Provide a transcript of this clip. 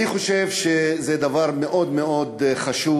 אני חושב שזה דבר מאוד מאוד חשוב,